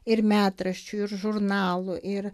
ir metraščių ir žurnalų ir